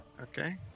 Okay